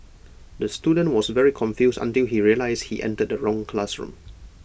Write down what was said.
the student was very confused until he realised he entered the wrong classroom